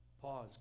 pause